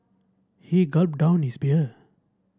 he gulped down his beer